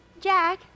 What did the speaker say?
Jack